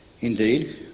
Indeed